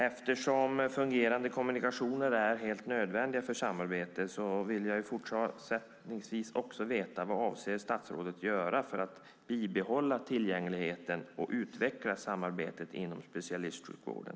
Eftersom fungerande kommunikationer är helt nödvändiga för samarbete vill jag avslutningsvis veta vad statsrådet avser att göra för att bibehålla tillgängligheten och utveckla samarbetet inom specialistsjukvården.